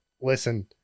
listen